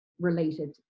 related